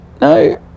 No